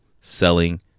Selling